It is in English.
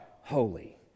holy